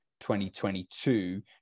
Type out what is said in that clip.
2022